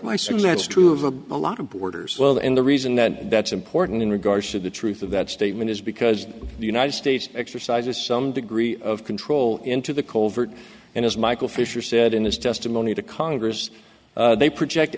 suit that's true of a lot of borders well and the reason that that's important in regards to the truth of that statement is because the united states exercises some degree of control into the colbert and as michael fischer said in his testimony to congress they project